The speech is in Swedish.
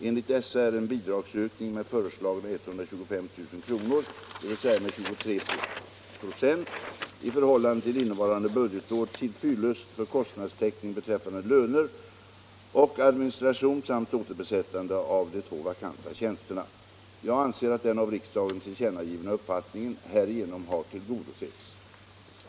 Enligt dessa är en bidragsökning med föreslagna 125 000 kr., dvs. med 23 94 i förhållande till innevarande budgetår, till fyllest för kostnadstäckning beträffande löner och administration samt återbesättande av de två vakanta tjänsterna. Jag anser, att den av riksdagen tillkännagivna uppfattningen härigenom har tillgodosetts.